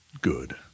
Good